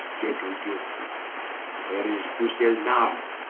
gentle duke but where is pucel now?